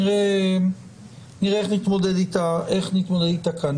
נראה איך נתמודד איתה כאן.